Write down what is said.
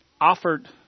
offered